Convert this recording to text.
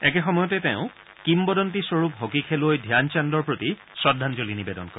একে সময়তে তেওঁ কিম্বদন্তী স্বৰূপ হকী খেলুৱৈ ধ্যানচান্দৰ প্ৰতি শ্ৰদ্ধাঞ্জলি নিবেদন কৰে